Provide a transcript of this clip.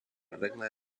regne